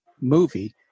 movie